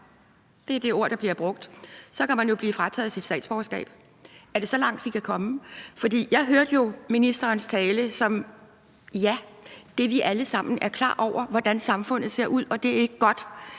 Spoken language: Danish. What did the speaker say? det er det ord, der bliver brugt – så kan man jo blive frataget sit statsborgerskab. Er det så langt, vi kan komme? For jeg hørte jo ministerens tale sådan, at det er noget, hvor vi alle sammen er klar over, hvordan samfundet ser ud, og at det ikke er godt.